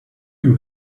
you